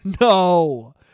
No